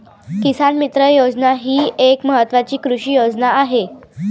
किसान मित्र योजना ही एक महत्वाची कृषी योजना आहे